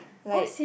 like